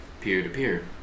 Peer-to-peer